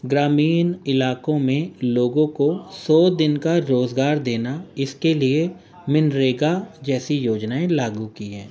گرامین علاقوں میں لوگوں کو سو دن کا روزگار دینا اس کے لیے منریگا جیسی یوجنائیں لاگو کی ہیں